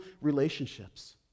relationships